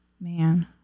Man